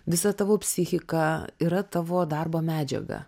visa tavo psichika yra tavo darbo medžiaga